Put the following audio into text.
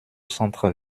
centre